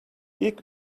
ilk